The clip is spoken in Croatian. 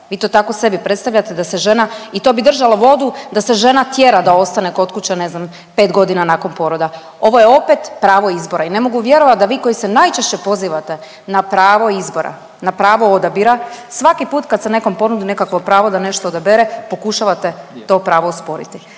Vi to tako sebi predstavljate da se žena i to bi držalo vodu da se žena tjera da ostane kod kuće ne znam 5 godina nakon poroda. Ovo je opet pravo izbora i ne mogu vjerovat da vi koji se najčešće pozivate na pravo izbora na pravo odabira, svaki put kad se nekom ponudi nekakvo pravo da nešto odabere, pokušavate to pravo osporiti.